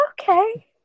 Okay